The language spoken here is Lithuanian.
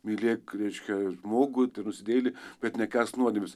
mylėk reiškia žmogų nusidėjėlį bet nekęsk nuodėmės